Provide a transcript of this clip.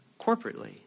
corporately